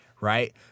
right